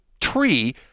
tree